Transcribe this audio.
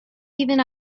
even